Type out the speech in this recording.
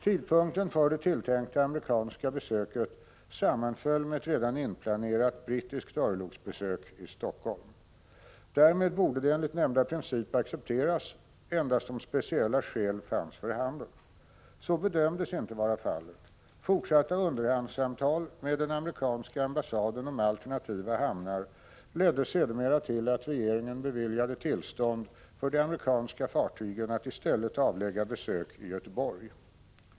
Tidpunkten för det tilltänkta amerikanska besöket sammanföll med ett redan inplanerat brittiskt örlogsbesök i Helsingfors. Därmed borde det enligt nämnda princip accepteras endast om speciella skäl fanns för handen. Så bedömdes inte vara fallet. Fortsatta underhandssamtal med den amerikanska ambassaden om alternativa hamnar ledde sedermera till att regeringen beviljade tillstånd för de amerikanska fartygen att i stället avlägga besök i Göteborg.